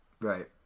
right